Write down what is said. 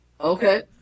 Okay